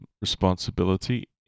Responsibility